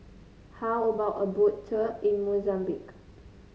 how about a Boat Tour in Mozambique